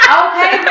okay